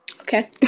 Okay